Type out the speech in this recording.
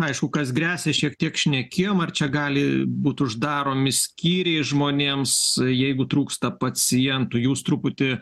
aišku kas gresia šiek tiek šnekėjom ar čia gali būti uždaromi skyriai žmonėms jeigu trūksta pacientų jūs truputį